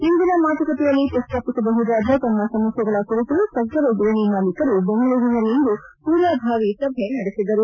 ಇಂದಿನ ಮಾತುಕತೆಯಲ್ಲಿ ಪ್ರಸ್ತಾಪಿಸಬಹುದಾದ ತಮ್ಮ ಸಮಸ್ಯೆಗಳ ಕುರಿತು ಸಕ್ಕರೆ ಗಿರಣಿ ಮಾಲೀಕರು ಬೆಂಗಳೂರಿನಲ್ಲಿಂದು ಪೂರ್ವಭಾವಿ ಸಭೆ ನಡೆಸಿದರು